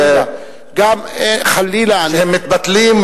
שהם מתבטלים,